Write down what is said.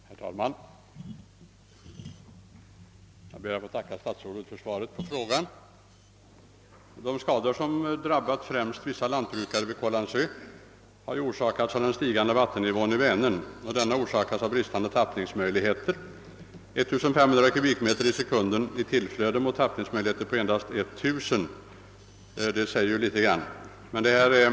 Herr talman! Jag ber att få tacka statsrådet för svaret på min fråga. De skador som drabbat främst vissa lantbrukare på Kållandsö har orsakats av den stigande vattennivån i Vänern och denna har sin orsak i bris tande tappningsmöjligheter, 1500 kubikmeter i sekunden i tillflöde mot tappningsmöjligheter som bara motsvarar 1000 kubikmeter. Det säger ju litet om Ööversvämningsorsaken.